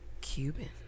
Cuban